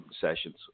sessions